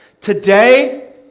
Today